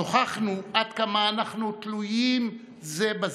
נוכחנו עד כמה אנחנו תלויים זה בזה,